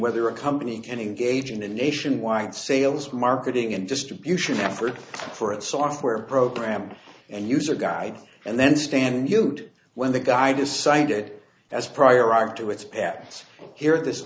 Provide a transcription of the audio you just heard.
whether a company can engage in a nationwide sales marketing and distribution effort for a software program and use a guide and then stand you'd when the guy decided as prior art to its ads here this